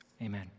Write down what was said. Amen